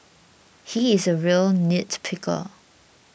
he is a real nitpicker